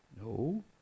No